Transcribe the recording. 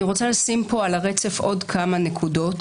אני רוצה לשים פה על הרצף עוד כמה נקודות.